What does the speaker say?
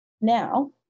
now